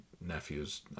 nephew's